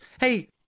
hey